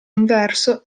inverso